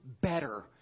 better